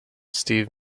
steve